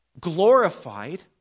glorified